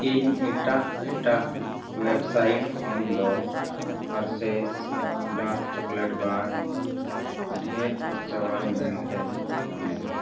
ᱤᱧ ᱮᱴᱟᱜ ᱮᱴᱟᱜ ᱳᱭᱮᱵᱥᱟᱭᱤᱴ ᱠᱷᱚᱱ ᱫᱚ ᱦᱟᱨᱥᱮᱥ ᱰᱟᱨᱠ ᱪᱚᱠᱞᱮᱴ ᱵᱟᱨ ᱰᱷᱮᱨ ᱠᱷᱚᱨᱪᱟᱣᱟᱱ ᱢᱮᱱᱛᱮᱧ ᱢᱚᱱᱮᱭᱟ